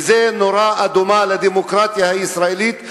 זאת נורה אדומה לדמוקרטיה הישראלית,